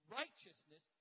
righteousness